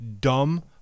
dumb